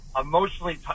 emotionally